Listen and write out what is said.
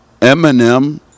Eminem